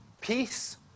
peace